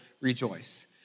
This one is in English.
rejoice